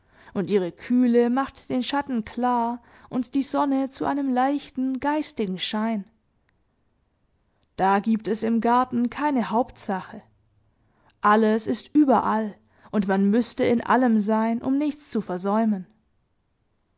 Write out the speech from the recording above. und ihre kühle macht den schatten klar und die sonne zu einem leichten geistigen schein da giebt es im garten keine hauptsache alles ist überall und man müßte in allem sein um nichts zu versäumen